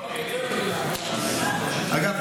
אגב,